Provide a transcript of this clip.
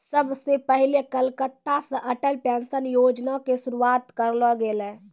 सभ से पहिले कलकत्ता से अटल पेंशन योजना के शुरुआत करलो गेलै